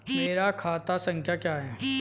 मेरा खाता संख्या क्या है?